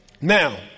Now